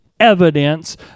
evidence